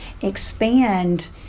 expand